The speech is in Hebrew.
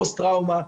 פוסט טראומה,